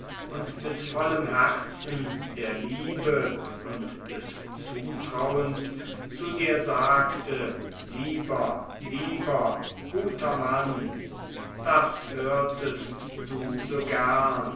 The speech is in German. und mit vollem herzen der liebe und des zutrauens zu dir sagte lieber lieber guter mann das hörtest du so